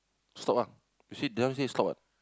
stop ah you see this one say stop what